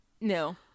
No